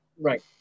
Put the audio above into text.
Right